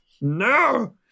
No